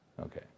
Okay